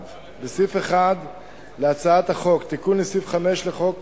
1. סעיף 1 להצעת החוק, תיקון לסעיף 5 לחוק